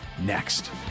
next